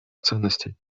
ценностей